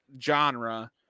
genre